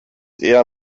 eher